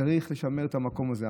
צריך לשמר את המקום הזה.